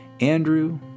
Andrew